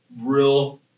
real